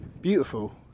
beautiful